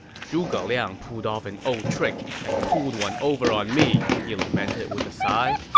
zhuge liang pulled off an old trick and pulled one over on me, he lamented with a sigh.